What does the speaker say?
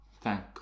Thank